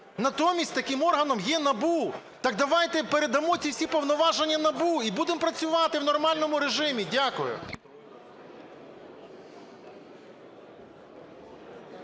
Натомість таким органом є НАБУ. Так давайте передамо ці всі повноваження НАБУ і будемо працювати в нормальному режимі. Дякую.